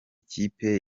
kipe